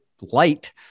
light